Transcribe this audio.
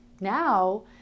Now